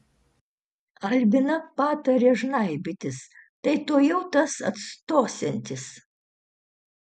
albina patarė žnaibytis tai tuojau tas atstosiantis